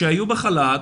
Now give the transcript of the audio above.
שהיו בחל"ת,